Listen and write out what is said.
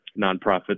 nonprofit